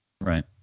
Right